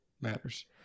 matters